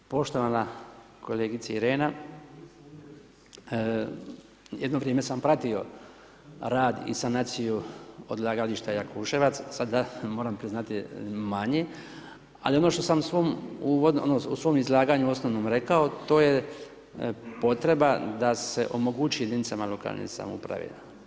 Poštovana kolegice Irena, jedno vrijeme sam pratio rad i sanaciju odlagalište Jakuševac, sada moram priznati manje, ali ono što sam u svom izlaganju osnovnom rekao, to je potreba da se omogući jedinicama lokalne samouprave.